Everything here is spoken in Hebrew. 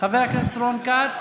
רון כץ,